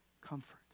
Comfort